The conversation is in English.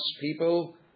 people